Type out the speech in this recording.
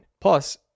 Plus